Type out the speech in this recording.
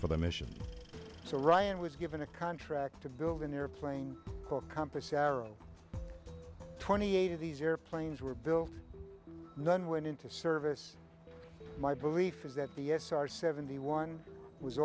for the mission so ryan was given a contract to build an airplane compass arrow twenty eight of these airplanes were built none went into service my belief is that the s are seventy one was